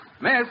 Miss